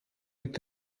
mit